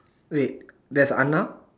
wait there's Anna